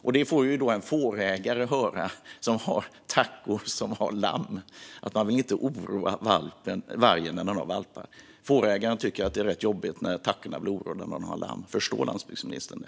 Detta får en fårägare som har tackor som har lammat höra - att man inte vill oroa vargen när den har valpar. Fårägarna tycker att det är rätt jobbigt när tackorna blir oroliga när de har lamm. Förstår landsbygdsministern det?